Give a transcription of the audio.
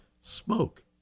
smoke